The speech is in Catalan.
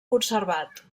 conservat